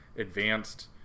advanced